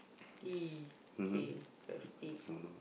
kay crabstick